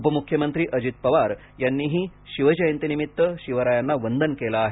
उपमुख्यमंत्री अजित पवार यांनीही शिवजयंती निमित्त शिवरायांना वंदन केलं आहे